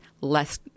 less